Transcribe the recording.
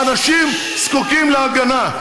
האנשים זקוקים להגנה.